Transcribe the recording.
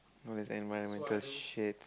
no there's environmental shit